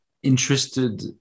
interested